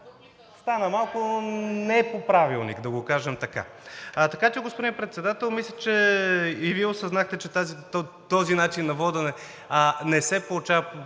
Стана малко – не е по Правилник, да го кажем така. Така че, господин Председател, мисля, че и Вие осъзнахте, че този начин на водене не се получава